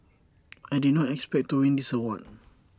I did not expect to win this award